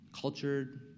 cultured